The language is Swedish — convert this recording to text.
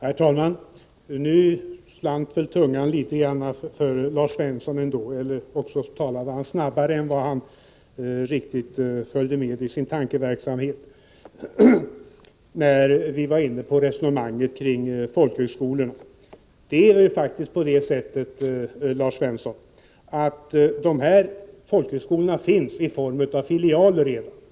svenska för invand Herr talman! När Lars Svensson förde sitt resonemang om folkhögskolor — rare, m.m. na slant väl tungan litet grand för honom, eller också talade han snabbare än han riktigt hann med att tänka. Det är faktiskt på det sättet, Lars Svensson, att de två folkhögskolor som nu föreslås bli självständiga redan finns i form av filialer.